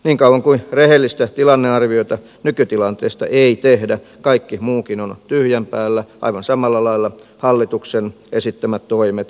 niin kauan kuin rehellistä tilannearviota nykytilanteesta ei tehdä kaikki muukin on tyhjän päällä aivan samalla lailla hallituksen esittämät toimet kuin oppositionkin